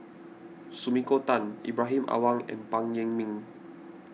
Sumiko Tan Ibrahim Awang and Phan Yen Ming